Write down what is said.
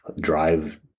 drive